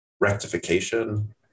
rectification